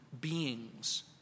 beings